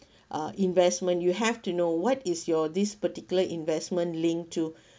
uh investment you have to know what is your this particular investment linked to